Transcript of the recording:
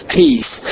peace